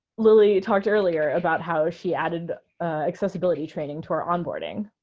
lily talked earlier about how she added accessibility training to our onboarding.